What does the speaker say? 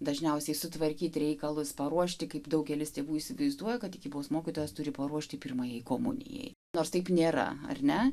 dažniausiai sutvarkyti reikalus paruošti kaip daugelis tėvų įsivaizduoja kad tikybos mokytojas turi paruošti pirmajai komunijai nors taip nėra ar ne